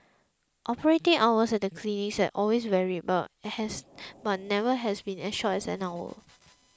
operating hours at the clinics have always varied but never been as short as an hour